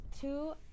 two